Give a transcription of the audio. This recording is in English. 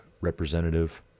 representative